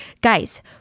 Guys